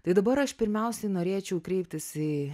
tai dabar aš pirmiausiai norėčiau kreiptis į